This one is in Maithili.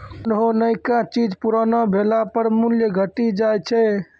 कोन्हो नयका चीज पुरानो भेला पर मूल्य घटी जाय छै